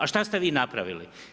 A što ste vi napravili?